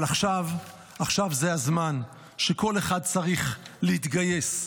אבל עכשיו זה הזמן שכל אחד צריך להתגייס,